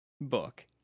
book